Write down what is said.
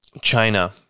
China